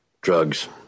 Drugs